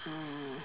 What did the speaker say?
mm